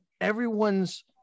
everyone's